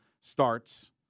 starts